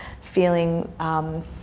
feeling